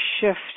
shift